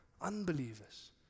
Unbelievers